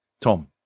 Tom